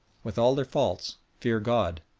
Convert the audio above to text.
with all their faults, fear god,